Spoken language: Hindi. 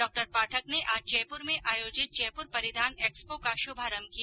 डॉ पाठक ने आज जयपुर में आयोजित जयपुर परिधान एक्सपो का शुभारंभ किया